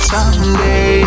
Someday